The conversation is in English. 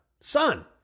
son